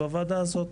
זו הוועדה הזאת.